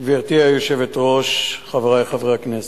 גברתי היושבת-ראש, חברי חברי הכנסת,